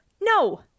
No